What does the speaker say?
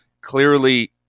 clearly